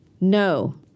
No